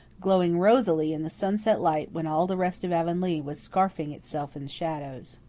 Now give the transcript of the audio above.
glowing rosily in the sunset light when all the rest of avonlea was scarfing itself in shadows.